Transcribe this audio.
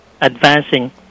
advancing